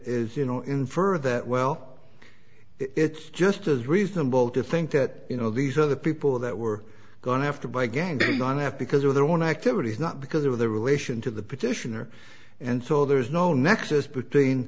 is you know infer that well it's just as reasonable to think that you know these are the people that we're going after by gangs not have because of their own activities not because of their relation to the petitioner and so there's no nexus between